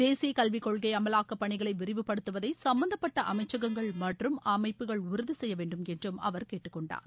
தேசிய கல்வி கொள்கை அமலாக்க பனிகளை விரைவுபடுத்துவதை சம்பந்த்பட்ட அமைச்சகங்கள் மற்றும் அமைப்புகள் உறுதி செய்ய வேண்டும் என்று அவர் கேட்டுக் கொண்டார்